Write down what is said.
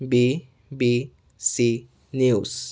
BBC news